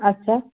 আচ্ছা